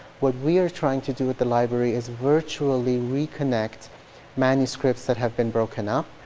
what we are trying to do at the library is virtually reconnect manuscripts that have been broken up.